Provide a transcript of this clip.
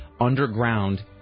underground